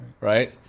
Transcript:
Right